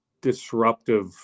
disruptive